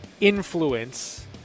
influence